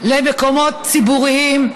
במקומות ציבוריים,